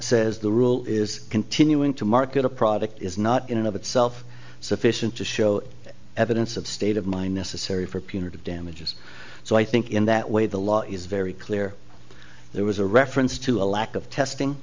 says the rule is continuing to market a product is not in and of itself sufficient to show evidence of state of mind necessary for punitive damages so i think in that way the law is very clear there was a reference to a lack of testing